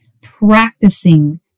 Practicing